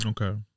Okay